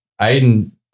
Aiden